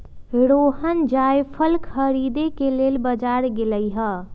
रोहण जाएफल खरीदे के लेल बजार गेलई ह